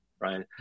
Right